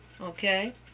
Okay